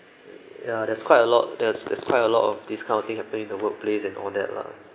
ya there's quite a lot there's there's quite a lot of this kind of thing happening in the workplace and all that lah